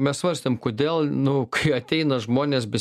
mes svarstėm kodėl nu kai ateina žmonės be